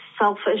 selfish